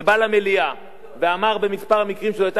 ובא למליאה ואמר בכמה מקרים שזו היתה